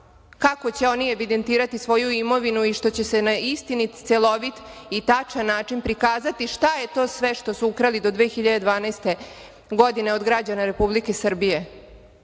kako će oni evidentirati svoju imovinu i što će se na istinit i celovit i tačan način prikazati šta je to sve što su ukrali do 2012. godine od građana Republike